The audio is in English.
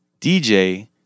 DJ